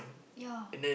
ya